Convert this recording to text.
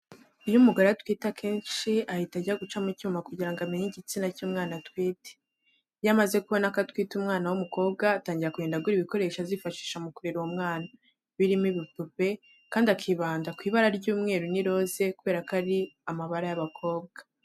Iyo umugore atwite akenshi ahita ajya guca mu cyuma kugira ngo amenye igitsina cy'umwana atwite. Iyo amaze kubona ko atwite umwana w'umukobwa atangira kugenda agura ibikoresho azifashisha mu kurera uwo mwana birimo ibipupe kandi akibanda ku ibara ry'umweru n'iroze kubera ko ari amabara y'abakobwa.